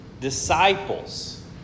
Disciples